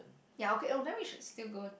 ya okay oh then we should still go